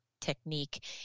technique